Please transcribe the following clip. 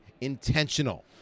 intentional